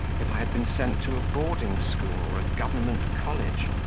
if i had been sent to a boarding-school or a government college?